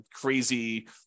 crazy